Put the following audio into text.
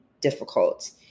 difficult